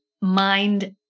mind